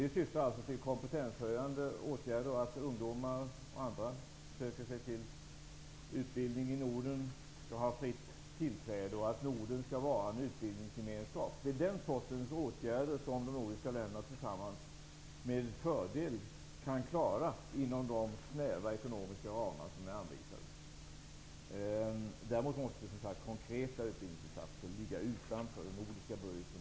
Det syftar till kompetenshöjande åtgärder, innefattande fritt tillträde för ungdomar och andra som söker sig till utbildningar i Norden. Norden skall vara en utbildningsgemenskap. Den sortens åtgärder kan de nordiska länderna tillsammans med fördel klara inom de snäva ekonomiska ramar som är anvisade. Däremot måste den konkreta utbildningsinsatsen ligga utanför den nordiska budgeten.